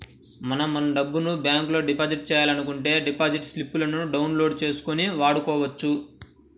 మనం మన డబ్బును బ్యాంకులో డిపాజిట్ చేయాలనుకుంటే డిపాజిట్ స్లిపులను డౌన్ లోడ్ చేసుకొని వాడుకోవచ్చు